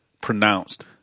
pronounced